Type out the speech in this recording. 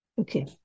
okay